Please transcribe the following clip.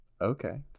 okay